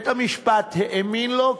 בית-המשפט האמין לו,